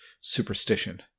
superstition